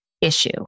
issue